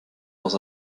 dans